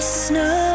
snow